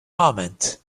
moment